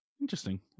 Interesting